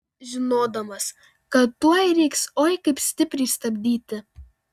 žinodamas kad tuoj reiks oi kaip stipriai stabdyti